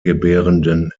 gebärenden